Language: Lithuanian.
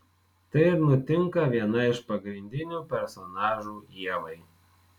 tai ir nutinka vienai iš pagrindinių personažų ievai